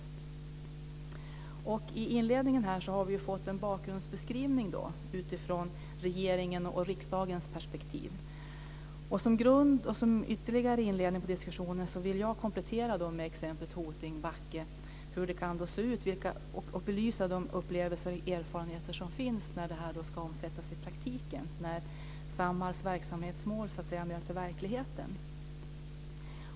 Som inledning har vi fått en bakgrundsbeskrivning utifrån regeringens och riksdagens perspektiv. Som grund och ytterligare inledning på diskussionen vill jag komplettera med exemplet Hoting och Backe, hur det kan se ut och belysa de upplevelser och erfarenheter som finns när detta ska omsättas i praktiken, dvs. när Samhalls verksamhetsmål möter verkligheten.